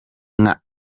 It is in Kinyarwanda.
nka